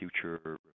future